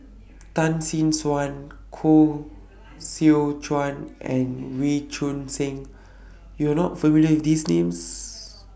Tan Tee Suan Koh Seow Chuan and Wee Choon Seng YOU Are not familiar with These Names